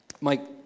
Mike